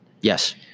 Yes